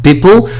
People